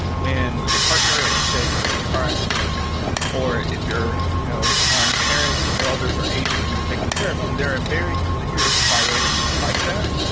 when your partner is sick or in a car accident or if your you know parents or elders are aging and you're taking care of them, there are very clear priorities like that,